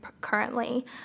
currently